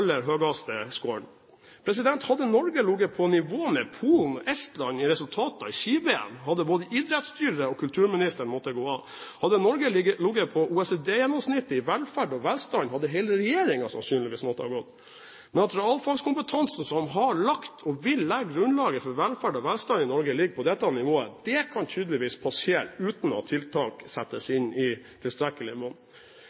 Hadde Norge ligget på nivå med Polen og Estland i resultater i Ski-VM, hadde både idrettsstyret og kulturministeren måttet gå av. Hadde Norge ligget på OECD-gjennomsnittet i velferd og velstand, hadde hele regjeringen sannsynligvis måttet gå. Men at realfagkompetansen, som har lagt og vil legge grunnlaget for velferd og velstand i Norge, ligger på dette nivået, kan tydeligvis passere uten at tiltak settes inn i